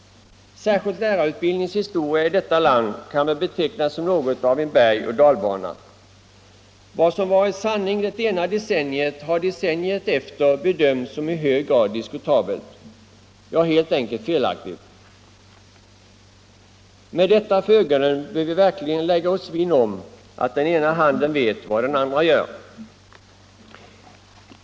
Särskilt lärarutbildningens historia i detta land kan väl betecknas som något av én bergoch dalbana. Vad som varit sanning det ena decenniet har decenniet efter bedömts som i hög grad diskutabelt, ja, helt enkelt felaktigt. Med detta för ögonen bör vi verkligen lägga oss vinn om att den ena handen vet vad den andra gör.